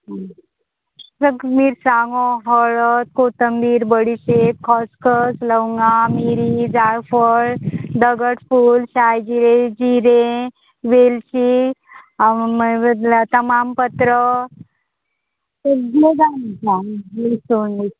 मिरसांगो हळद कोतंबीर बडिशेप खसखस लवंगा मिरी जाळफळ दगडफूल शाळजिरे जिरें वेलची तामापत्र सगळे जावं